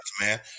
man